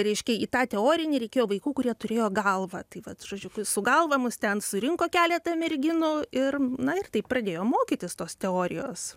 reiškia į tą teorinį reikėjo vaikų kurie turėjo galvą tai vat žodžiu su galva mus ten surinko keletą merginų ir na ir taip pradėjom mokytis tos teorijos